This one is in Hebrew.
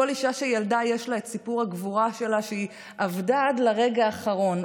לכל אישה שילדה יש את סיפור הגבורה שלה: היא עבדה עד לרגע האחרון,